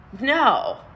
no